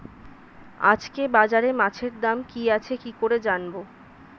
আজকে বাজারে মাছের দাম কি আছে কি করে জানবো?